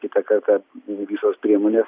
kitą kartą visos priemonės